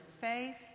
faith